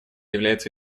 является